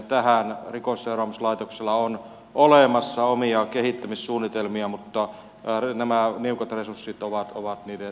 tähän rikosseuraamuslaitoksella on olemassa omia kehittämissuunnitelmia mutta nämä niukat resurssit ovat niiden suunnitelmien uhkana